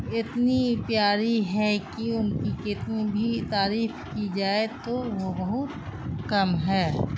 اتنی پیاری ہے کہ ان کی کتنی بھی تعریف کی جائے تو وہ بہت کم ہے